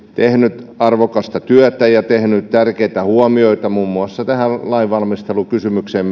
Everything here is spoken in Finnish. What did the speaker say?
tehnyt arvokasta työtä ja tehnyt tärkeitä huomioita muun muassa tähän lainvalmistelukysymykseen